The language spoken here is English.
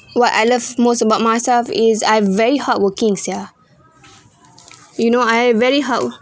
what I love most about myself is I very hardworking sia you know I very hard